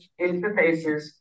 interfaces